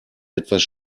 etwas